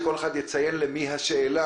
השאלה